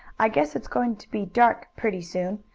i guess it's going to be dark pretty soon,